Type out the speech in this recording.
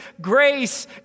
grace